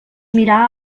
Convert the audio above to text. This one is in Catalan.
mirar